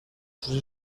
sus